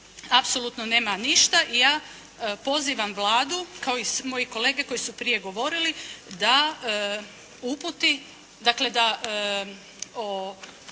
apsolutno nema ništa i ja pozivam Vladu kao i moji kolege koji su prije govorili da uputi, dakle da